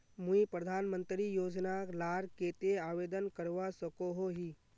मुई प्रधानमंत्री योजना लार केते आवेदन करवा सकोहो ही?